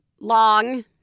long